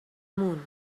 moon